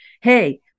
hey